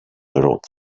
wrote